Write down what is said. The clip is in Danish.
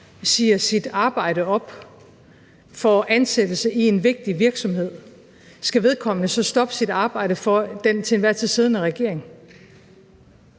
siger sit arbejde op og får ansættelse i en vigtig virksomhed, for skal vedkommende så stoppe sit arbejde for den til enhver tid siddende regering?